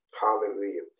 Hallelujah